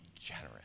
generous